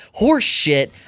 horseshit